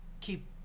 keep